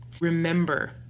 Remember